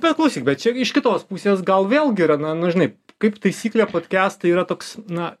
bet klausyk bet čia iš kitos pusės gal vėlgi yra na nu žinai kaip taisyklė podkestai yra toks na